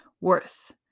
worth